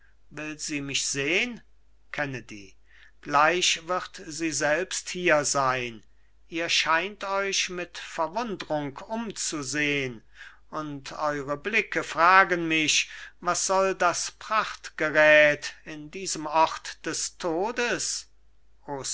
will sie mich sehn kennedy gleich wird sie selbst hier sein ihr scheint euch mit verwundrung umzusehn und eure blicke fragen mich was soll das prachtgerät in diesem ort des todes